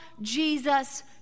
Jesus